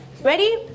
Ready